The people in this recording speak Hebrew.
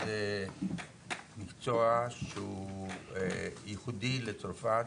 זה מקצוע שהוא ייחודי לצרפת